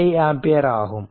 5 ampere ஆகும்